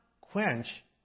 quench